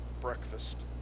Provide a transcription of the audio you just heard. breakfast